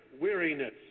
weariness